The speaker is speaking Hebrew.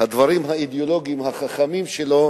הדברים האידיאולוגיים החכמים שלו,